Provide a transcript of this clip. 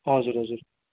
हजुर हजुर